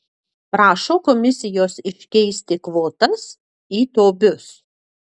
prašo komisijos iškeisti kvotas į tobius